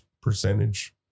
percentage